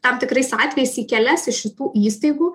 tam tikrais atvejais į kelias iš šitų įstaigų